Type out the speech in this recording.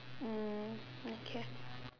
mm okay